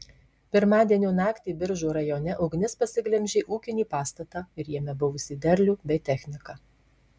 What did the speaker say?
pirmadienio naktį biržų rajone ugnis pasiglemžė ūkinį pastatą ir jame buvusį derlių bei techniką